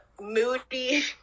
moody